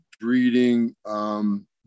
breeding –